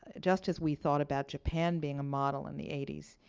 ah just as we thought about japan being a model in the eighty s.